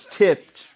tipped